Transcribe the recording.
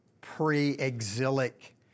pre-exilic